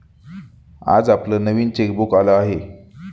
आज आपलं नवीन चेकबुक आलं आहे